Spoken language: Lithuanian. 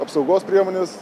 apsaugos priemonės